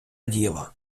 діло